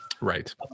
Right